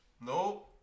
Nope